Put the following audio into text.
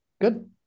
good